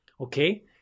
Okay